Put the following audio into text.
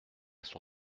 son